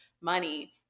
money